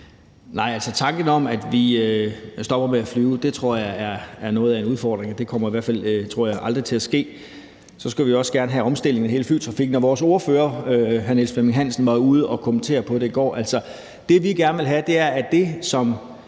Nej, tanken om, at vi stopper med at flyve, tror jeg er noget af en udfordring, og det tror jeg aldrig kommer til at ske. Så vi skulle også gerne have omstillingen af hele flytrafikken. Og vores ordfører, hr. Niels Flemming Hansen, var ude at kommentere på det i går. Det, vi gerne vil have, er det, som